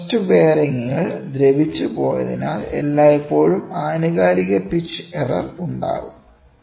thrust ബെയറിംഗുകൾ ദ്രവിച്ചു പോയതിനാൽ എല്ലായ്പ്പോഴും ആനുകാലിക പിച്ച് എറർ ഉണ്ടാകും